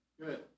Good